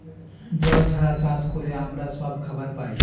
জল ছাড়া চাষ করে আমরা সব খাবার পায়